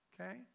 okay